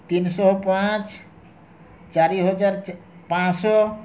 ତିନିଶହ ପାଞ୍ଚ ଚାରି ହଜାର ପାଞ୍ଚଶହ